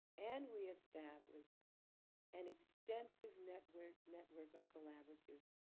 and we established an extensive network network of collaboratives.